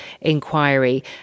inquiry